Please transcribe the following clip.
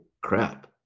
crap